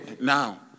now